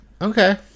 Okay